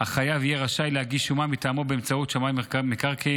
החייב יהיה רשאי להגיש שומה מטעמו באמצעות שמאי מקרקעין.